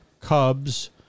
Cubs